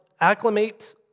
acclimate